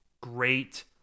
great